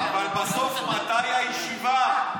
אבל בסוף, מתי הישיבה?